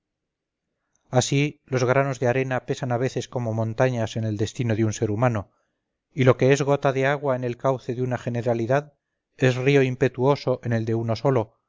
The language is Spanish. así los granos de arena pesan a veces como montañas en el destino de un ser humano y lo que es gota de agua en el cauce de la generalidad es río impetuoso en el de uno solo